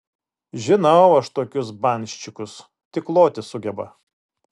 žinau aš tokius banščikus tik loti sugeba